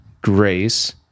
grace